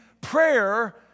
prayer